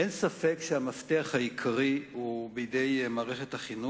אין ספק שהמפתח העיקרי הוא בידי מערכת החינוך,